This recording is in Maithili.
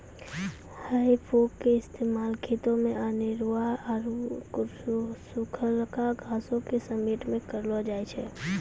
हेइ फोक के इस्तेमाल खेतो मे अनेरुआ आरु सुखलका घासो के समेटै मे करलो जाय छै